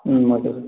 ம் okay sir